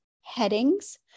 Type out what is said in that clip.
headings